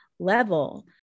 level